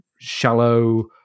shallow